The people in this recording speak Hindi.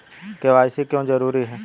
के.वाई.सी क्यों जरूरी है?